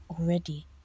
already